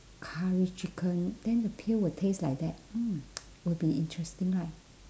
curry chicken then the pill will taste like that mm will be interesting right